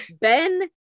Ben